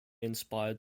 inspired